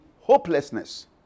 hopelessness